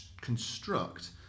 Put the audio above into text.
construct